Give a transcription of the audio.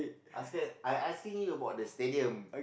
asking I asking you about the stadium